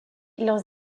lance